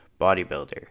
bodybuilder